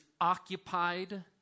occupied